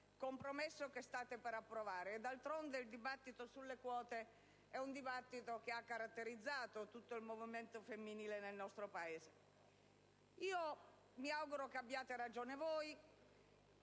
compromesso che state per approvare. D'altronde, il dibattito sulle quote ha caratterizzato tutto il movimento femminile nel nostro Paese. Mi auguro che abbiate ragione voi.